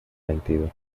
mentido